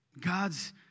God's